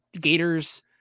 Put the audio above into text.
gators